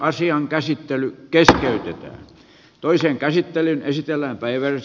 asian käsittely keskeytetään